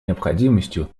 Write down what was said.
необходимостью